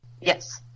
Yes